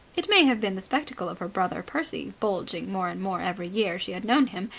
it may have been the spectacle of her brother percy, bulging more and more every year she had known him,